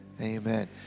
amen